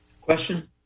Question